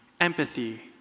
empathy